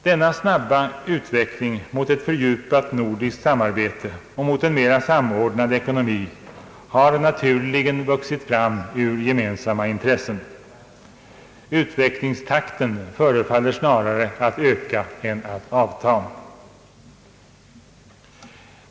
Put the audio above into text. Denna snabba utveckling mot ett fördjupat nordiskt samarbete och mot en mer samordnad ekonomi har naturligen vuxit fram ur gemensamma intressen. Utvecklingstakten förefaller snarare att öka än att avta.